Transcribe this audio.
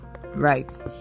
right